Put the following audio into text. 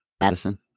Madison